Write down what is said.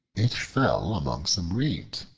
it fell among some reeds,